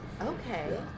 Okay